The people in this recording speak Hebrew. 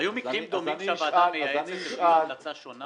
היו מקרים דומים שהוועדה המייעצת אישרה המלצה שונה?